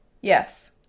Yes